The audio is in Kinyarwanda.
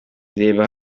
reba